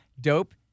Dope